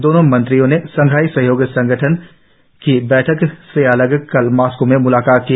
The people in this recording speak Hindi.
दोनों मंत्रियों ने शंघाई सहयोग संगठन की बैठक से अलग कल मास्को में म्लाकात की